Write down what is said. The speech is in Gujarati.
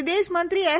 વિદેશમંત્રી એસ